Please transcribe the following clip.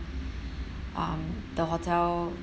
um the hotel